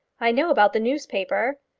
i know about the newspaper.